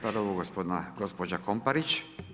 Prvo gospođa Komparić.